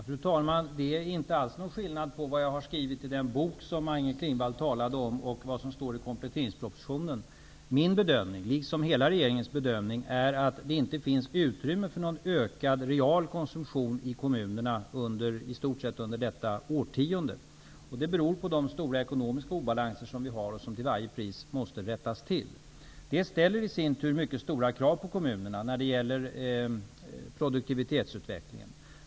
Fru talman! Det finns inte alls någon skillnad mellan vad jag har skrivit i den bok som Maj-Inger Klingvall talar om och det som står i kompletteringspropositionen. Min och hela regeringens bedömning är att det inte finns utrymme för en ökad real konsumtion i kommunerna under i stort sett hela detta årtionde. Det beror på de stora ekonomiska obalanserna, som till varje pris måste rättas till. Det i sin tur ställer mycket stora krav på kommunerna när det gäller produktivitetsutvecklingen.